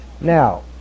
Now